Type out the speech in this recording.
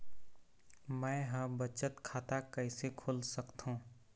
मै ह बचत खाता कइसे खोल सकथों?